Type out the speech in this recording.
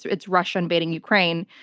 it's russia invading ukraine.